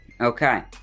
Okay